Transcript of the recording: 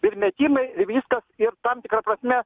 ir metimai ir viskas ir tam tikra prasme